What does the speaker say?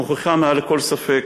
מוכיחה מעל לכל ספק